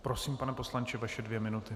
Prosím, pane poslanče, vaše dvě minuty.